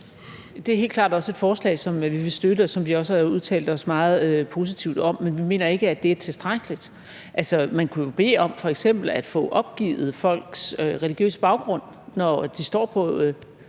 Det er helt klart også et forslag, som vi vil støtte, og som vi også har udtalt os meget positivt om. Men vi mener ikke, at det er tilstrækkeligt. Altså, man kunne bede om f.eks. at få opgivet folks religiøse baggrund, når de står på